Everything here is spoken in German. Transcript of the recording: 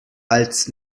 als